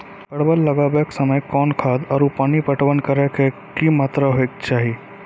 परवल लगाबै के समय कौन खाद आरु पानी पटवन करै के कि मात्रा होय केचाही?